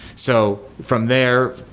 so from there,